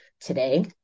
Today